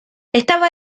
estaba